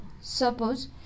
Suppose